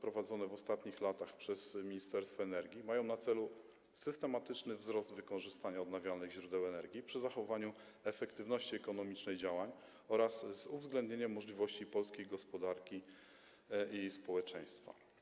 prowadzone w ostatnich latach przez Ministerstwo Energii mają na celu systematyczny wzrost wykorzystania odnawialnych źródeł energii przy zachowaniu efektywności ekonomicznej działań oraz z uwzględnieniem możliwości polskiej gospodarki i społeczeństwa.